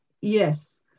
yes